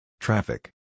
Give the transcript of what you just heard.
Traffic